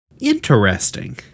interesting